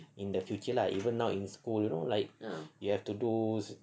in the future lah even now in school like you have to do